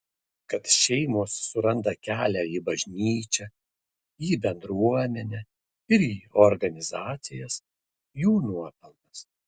kad šeimos suranda kelią į bažnyčią į bendruomenę ir į organizacijas jų nuopelnas